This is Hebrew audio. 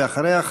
ואחריה,